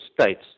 states